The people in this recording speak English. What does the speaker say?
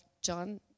John